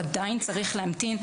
והוא עדיין צריך להמתין,